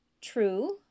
True